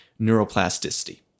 neuroplasticity